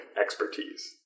expertise